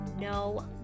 no